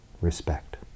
respect